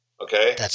Okay